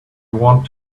want